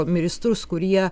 ministrus kurie